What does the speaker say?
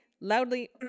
loudly